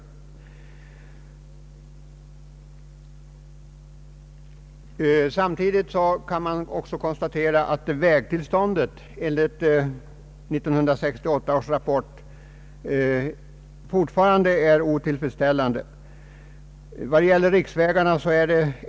Samtidigt kan också konstateras att vägtillståndet enligt 1968 års rapport fortfarande är otillfredsställande.